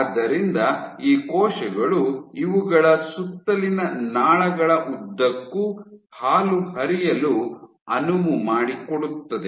ಆದ್ದರಿಂದ ಈ ಕೋಶಗಳು ಇವುಗಳ ಸುತ್ತಲಿನ ನಾಳಗಳ ಉದ್ದಕ್ಕೂ ಹಾಲು ಹರಿಯಲು ಅನುವು ಮಾಡಿಕೊಡುತ್ತದೆ